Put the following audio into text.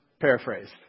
paraphrased